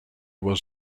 was